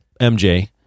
mj